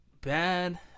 bad